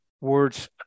words